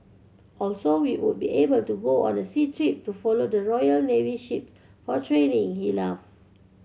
also we would be able to go on a sea trip to follow the Royal Navy ships for training he laughed